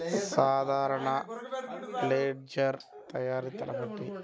సాధారణ లెడ్జెర్ తయారి తెలుపండి?